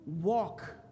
walk